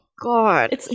god